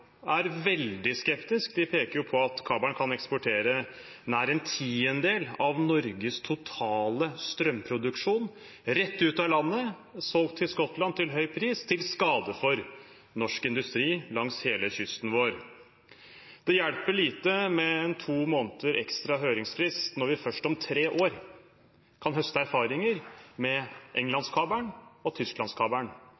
er veldig skeptisk. De peker på at kabelen kan eksportere nær en tidel av Norges totale strømproduksjon rett ut av landet, solgt til Skottland til høy pris, til skade for norsk industri langs hele kysten vår. Det hjelper lite med to måneder ekstra høringsfrist når vi først om tre år kan høste erfaringer med